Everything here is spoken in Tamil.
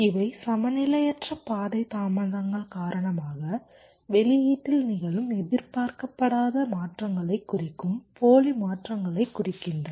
இவை சமநிலையற்ற பாதை தாமதங்கள் காரணமாக வெளியீட்டில் நிகழும் எதிர்பார்க்கப்படாத மாற்றங்களைக் குறிக்கும் போலி மாற்றங்களைக் குறிக்கின்றன